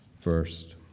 first